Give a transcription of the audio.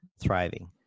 thriving